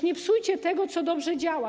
Nie psujcie tego, co dobrze działa.